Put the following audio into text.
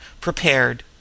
prepared